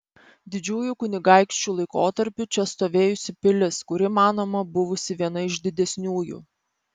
didžiųjų kunigaikščių laikotarpiu čia stovėjusi pilis kuri manoma buvusi viena iš didesniųjų